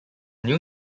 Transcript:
new